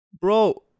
Bro